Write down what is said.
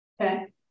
Okay